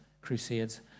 crusades